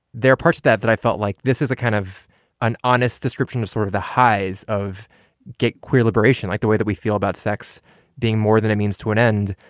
they're part of that. that i felt like this is a kind of an honest description of sort of the highs of gay queer liberation, like the way that we feel about sex being more than a means to an end.